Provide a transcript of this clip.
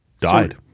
Died